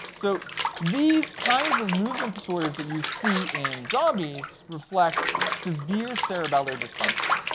so these kinds of movement disorders that you see in zombies reflects severe cerebellar dysfunction.